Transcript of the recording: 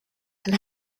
and